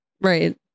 Right